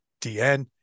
DN